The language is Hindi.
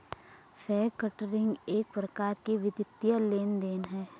फैक्टरिंग एक प्रकार का वित्तीय लेन देन है